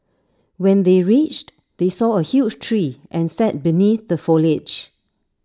when they reached they saw A huge tree and sat beneath the foliage